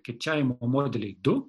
kirčiavimo modeliai du